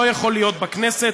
לא יכול להיות בכנסת,